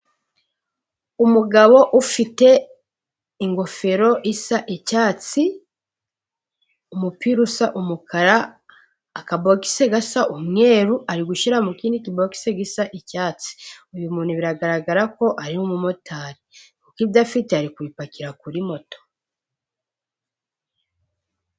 Umugabo ufite ingofero isa icyatsi, umupira usa umukara, akabogise gasa umweru ari gushyira mu kindi kibogisi gisa icyatsi, uyu muntu biragaragara ko ari umumotari kuko ibyo afite ari kubipakira kuri moto.